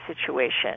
situation